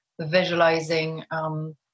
visualizing